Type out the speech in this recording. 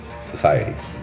societies